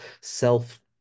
self